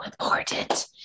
important